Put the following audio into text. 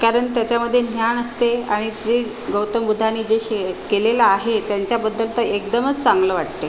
कारण त्याच्यामध्ये ध्यान असते आणि जे गौतम बुद्धानी जे शे केलेलं आहे त्यांच्याबद्दल तर एकदमच चांगलं वाटते